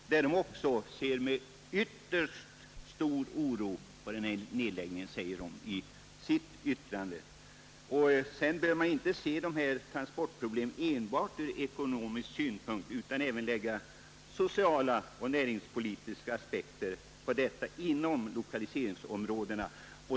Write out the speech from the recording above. Landstinget framhåller i sitt yttrande, att det ser med ytterst stor oro på denna nedläggning. Sedan bör man inte se dessa transportproblem enbart ur ekonomisk synpunkt utan även från sociala och näringspolitiska aspekter inom lokaliseringsområdena.